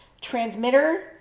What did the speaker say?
transmitter